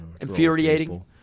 Infuriating